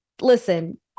listen